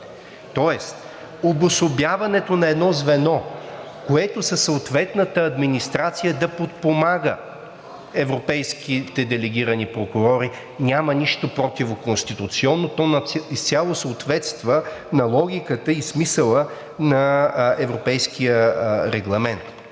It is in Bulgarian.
Тоест, в обособяването на едно звено, което със съответната администрация да подпомага европейските делегирани прокурори, няма нищо противоконституционно, то изцяло съответства на логиката и смисъла на Европейския регламент.